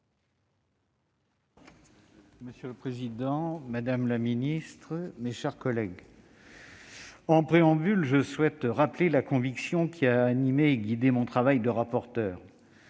Monsieur le président, madame la secrétaire d'État, mes chers collègues, en préambule, je souhaite rappeler la conviction qui a animé et guidé mon travail de rapporteur.